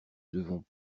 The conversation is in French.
devons